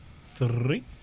three